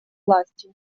властью